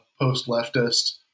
post-leftist